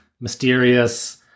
mysterious